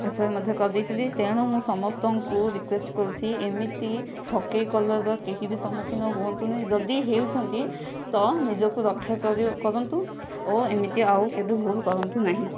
FIR ମଧ୍ୟ କରିଦେଇଥିଲି ତେଣୁ ମୁଁ ସମସ୍ତଙ୍କୁ ରିକ୍ୱେଷ୍ଟ କରୁଛି ଏମିତି ଠକେଇ କଲର୍ ର କେହି ସମ୍ମୁଖୀନ ହୁଅନ୍ତୁନି ଯଦି ବି ହେଉଛନ୍ତି ତ ନିଜକୁ ରକ୍ଷା କରନ୍ତୁ ଓ ଏମିତି ଆଉ କେବେ ଭୁଲ କରନ୍ତୁ ନାହିଁ